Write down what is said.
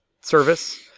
service